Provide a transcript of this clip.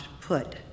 put